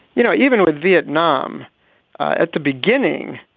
you know, even with vietnam at the beginning,